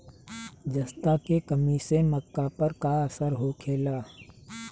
जस्ता के कमी से मक्का पर का असर होखेला?